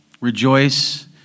rejoice